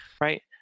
Right